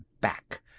back